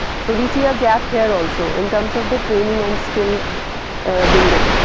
so, we see a gap here also in terms of the training and skill building.